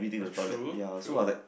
oh true true